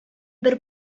бер